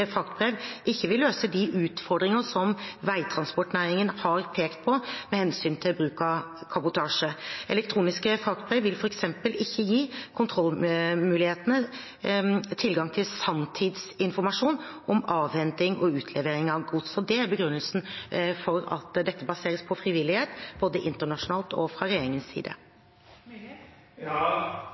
fraktbrev ikke vil løse de utfordringene som veitransportnæringen har pekt på med hensyn til bruk av kabotasje. Elektroniske fraktbrev vil f.eks. ikke gi kontrollmyndighetene tilgang til sanntidsinformasjon om avhenting og utlevering av gods. Det er begrunnelsen for at dette baseres på frivillighet, både internasjonalt og fra regjeringens side.